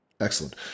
Excellent